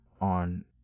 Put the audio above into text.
on